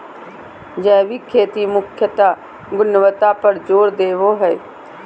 जैविक खेती मुख्यत गुणवत्ता पर जोर देवो हय